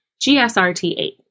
GSRT8